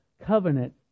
covenant